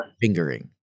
fingering